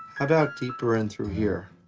about deeper in through here?